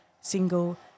single